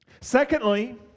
Secondly